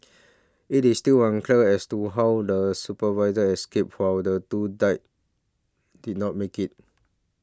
it is still unclear as to how the supervisor escaped while the two die did not make it